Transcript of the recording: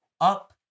up